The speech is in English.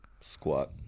Squat